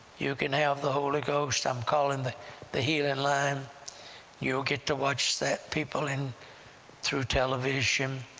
you can have the holy ghost. i'm calling the the healing line you'll get to watch that, people in through television,